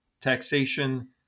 taxation